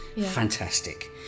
Fantastic